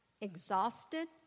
exhausted